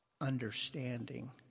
understanding